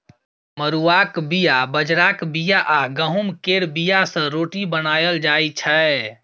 मरुआक बीया, बजराक बीया आ गहुँम केर बीया सँ रोटी बनाएल जाइ छै